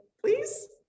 please